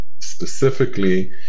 specifically